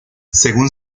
según